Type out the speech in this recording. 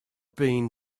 been